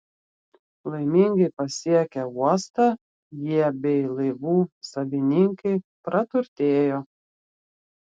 laimingai pasiekę uostą jie bei laivų savininkai praturtėjo